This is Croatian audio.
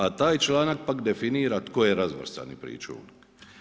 A taj članak pak definira tko je razvrstani pričuvnik.